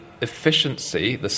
efficiency